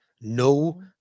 no